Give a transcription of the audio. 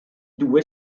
due